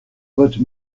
bottes